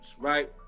right